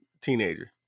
teenager